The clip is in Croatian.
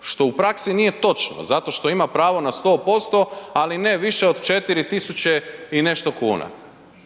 što u praksi nije točno. Zato što ima pravo na 100% ali ne više od 4.000 i nešto kuna.